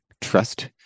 Trust